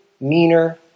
meaner